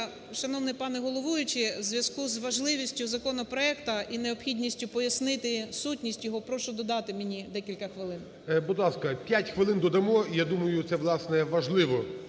Шановний пане головуючий, в зв'язку з важливістю законопроекту і необхідністю пояснити сутність його прошу додати мені декілька хвилин. ГОЛОВУЮЧИЙ. Будь ласка, 5 хвилин додамо. І я думаю, це, власне,